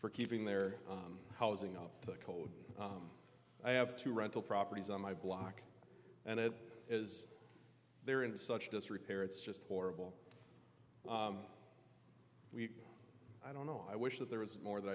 for keeping their own housing up to code i have to rental properties on my block and it is there in such disrepair it's just horrible we i don't know i wish that there was more tha